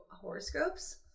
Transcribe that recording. horoscopes